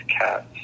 cats